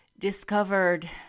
discovered